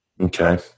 Okay